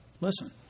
listen